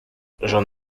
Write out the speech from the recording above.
j’en